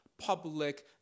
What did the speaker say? Public